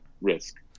risk